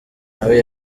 nawe